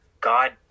God